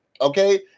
okay